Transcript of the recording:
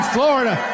Florida